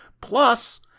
plus